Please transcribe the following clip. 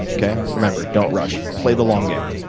okay? remember, don't rush, play the long game.